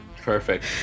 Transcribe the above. Perfect